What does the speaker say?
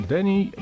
Danny